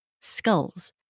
skulls